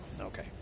Okay